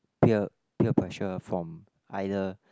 peer peer pressure from either